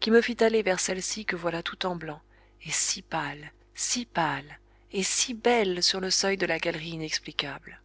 qui me fit aller vers celle-ci que voilà tout en blanc et si pâle si pâle et si belle sur le seuil de la galerie inexplicable